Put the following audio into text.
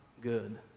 good